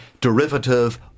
derivative